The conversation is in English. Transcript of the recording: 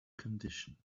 condition